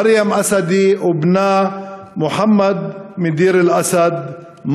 מרים אסדי ובנה מוחמד מדיר-אל-אסד,